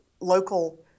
local